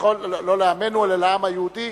לא לעמנו אלא לעם היהודי,